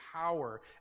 power